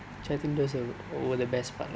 so I think those were the best part lah